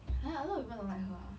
!huh! a lot of people don't like her ah